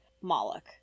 Moloch